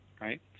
right